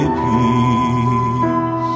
peace